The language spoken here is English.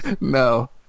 No